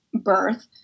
birth